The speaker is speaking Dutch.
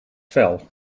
fel